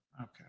okay